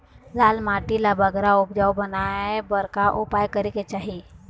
लाल माटी ला बगरा उपजाऊ बनाए बर का उपाय करेक चाही?